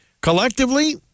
Collectively